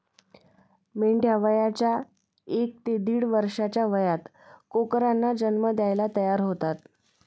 मेंढ्या वयाच्या एक ते दीड वर्षाच्या वयात कोकरांना जन्म द्यायला तयार होतात